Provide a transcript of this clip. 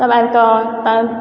सब आबि के